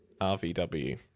RVW